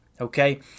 Okay